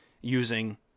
using